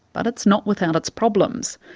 but it's not without its problems.